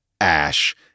Ash